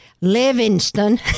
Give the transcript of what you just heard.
Livingston